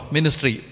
Ministry